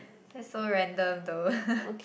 that's so random though